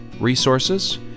resources